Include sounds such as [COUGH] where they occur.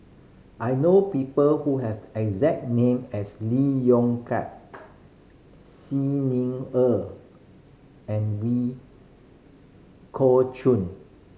I know people who have exact name as Lee Yong Kiat Xi Ni Er and [UNINTELLIGIBLE] Kok Chuen